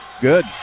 good